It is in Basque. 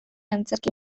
antzerki